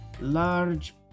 large